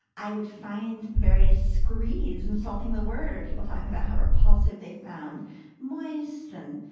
i would find various screeds insulting the word or people talking about how repulsive they found moist and